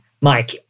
Mike